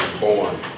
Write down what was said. born